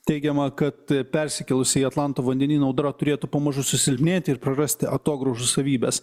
teigiama kad persikėlus į atlanto vandenyno audra turėtų pamažu susilpnėti ir prarasti atogrąžų savybes